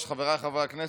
שרה?